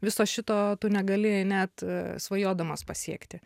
viso šito tu negali net svajodamas pasiekti